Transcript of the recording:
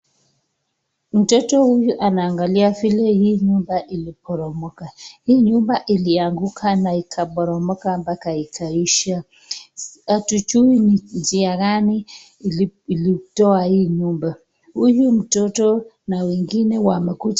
Mtoto huyu anaangalia vile hii nyumba imeboromoka, hii nyumba iliangua na ikaboroka paka ikaisha, hatujui njia ngani ilitoa hii nyumba, huyu mtoto na wengine wamekuja.